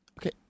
Okay